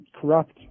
corrupt